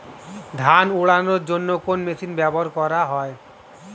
ধান উড়ানোর জন্য কোন মেশিন ব্যবহার করা হয়?